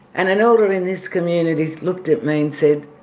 and an elder in this community looked at me and said,